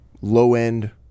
low-end